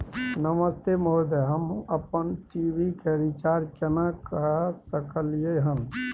नमस्ते महोदय, हम अपन टी.वी के रिचार्ज केना के सकलियै हन?